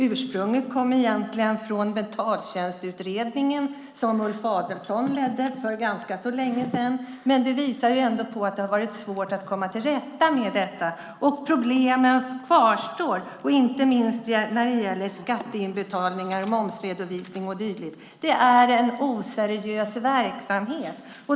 Ursprunget är egentligen Betaltjänstutredningen, som Ulf Adelsohn ledde för länge sedan. Men det visar på att det har varit svårt att komma till rätta med detta. Problemen kvarstår, inte minst när det gäller skatteinbetalningar, momsredovisning och dylikt. Det är en oseriös verksamhet.